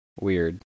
weird